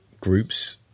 groups